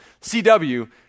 CW